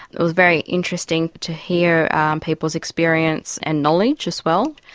it was very interesting to hear people's experience and knowledge as well.